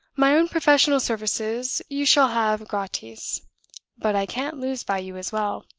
my own professional services you shall have gratis but i can't lose by you as well.